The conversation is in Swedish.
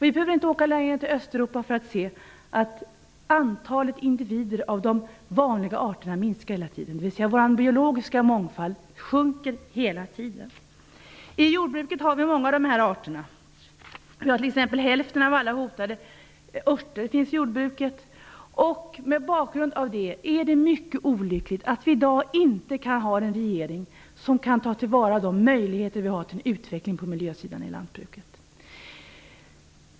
Vi behöver inte åka längre än till Östeuropa för att se att antalet individer av de vanliga arterna minskar hela tiden, dvs. vår biologiska mångfald minskar hela tiden. Vi har många av dessa arter i jordbruket. Hälften av alla hotade örter finns t.ex. i jordbruket. Mot bakgrund av detta är det mycket olyckligt att vi i dag inte har en regering som kan ta till vara de möjligheter vi har till en utveckling på miljösidan i lantbruket.